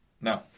No